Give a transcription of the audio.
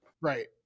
Right